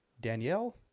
Danielle